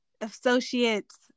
associates